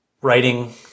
writing